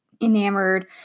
enamored